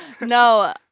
No